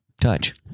Touch